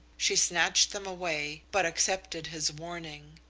she snatched them away but accepted his warning.